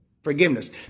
Forgiveness